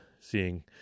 seeing